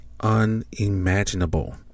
unimaginable